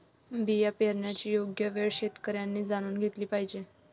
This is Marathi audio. बिया पेरण्याची योग्य वेळ शेतकऱ्यांनी जाणून घेतली पाहिजे